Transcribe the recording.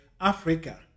Africa